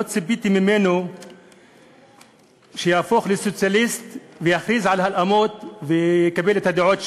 לא ציפיתי ממנו שיהפוך לסוציאליסט ויכריז על הלאמות ויקבל את הדעות שלי.